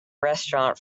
restaurant